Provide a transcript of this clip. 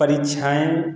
परीक्षाएँ